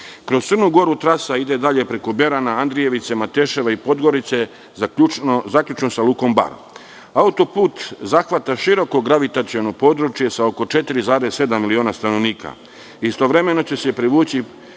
Kroz Crnu Goru trasa ide dalje preko Berana, Andrijevice, Mateševa i Podgorice, zaključno sa Lukom Bar. Autoput zahvata široko gravitaciono područje sa oko 4,7 miliona stanovnika. Istovremeno će se privući